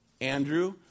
Andrew